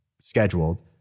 scheduled